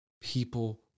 people